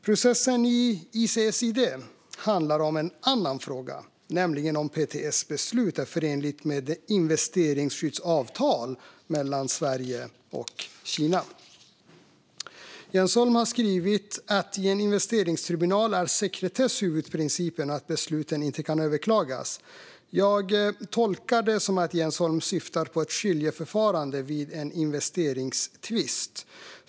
Processen i ICSID handlar om en annan fråga, nämligen om PTS beslut är förenligt med investeringsskyddsavtalet mellan Sverige och Kina. Jens Holm skriver att sekretess är huvudprincip i en investeringstribunal och att besluten inte kan överklagas. Jag tolkar det som att Jens Holm syftar på ett skiljeförfarande vid en investeringstvist.